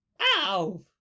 Ow